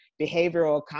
behavioral